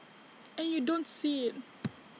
and you don't see IT